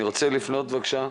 ח"כ אוריאל בבקשה.